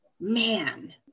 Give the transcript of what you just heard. man